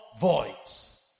voice